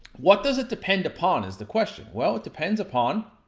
what does it depend upon, is the question. well it depends upon,